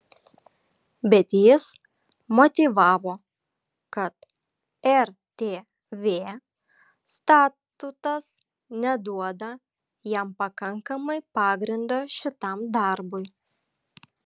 bet jis motyvavo kad rtv statutas neduoda jam pakankamai pagrindo šitam darbui